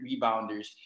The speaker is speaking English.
rebounders